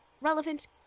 relevant